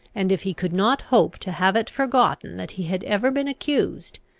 and, if he could not hope to have it forgotten that he had ever been accused,